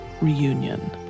Reunion